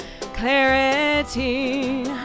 clarity